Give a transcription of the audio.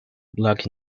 black